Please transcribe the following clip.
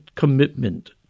commitment